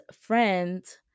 friends